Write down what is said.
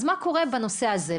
אז מה קורה בנושא הזה?